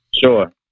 Sure